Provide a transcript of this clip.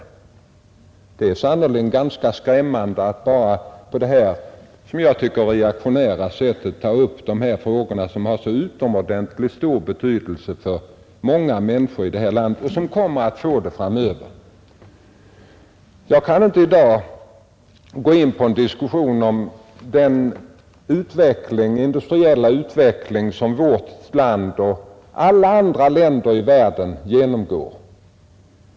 Det är ganska skrämmande att bara på detta som jag tycker reaktionära sätt ta upp dessa frågor, som för närvarande har så utomordentligt stor betydelse för många människor här i landet och som också kommer att ha stor betydelse framöver. Jag kan inte här ge mig in på en diskussion om den industriella utveckling som vårt land och alla andra länder i världen genomgått och genomgår.